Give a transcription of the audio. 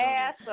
ass